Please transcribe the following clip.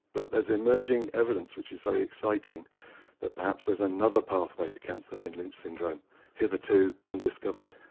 but there's emerging evidence which is very exciting that perhaps there's another pathway to cancer in lynch syndrome hitherto undiscovered.